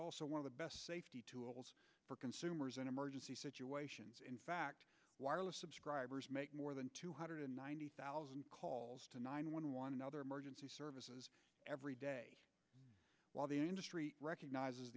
also one of the best for consumers in emergency situations in fact wireless subscribers make more than two hundred ninety thousand calls to nine one one another emergency services every day while the industry recognizes